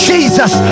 Jesus